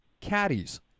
caddies